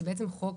זה בעצם חוק